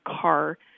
car